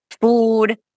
food